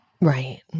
Right